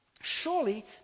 Surely